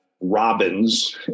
robins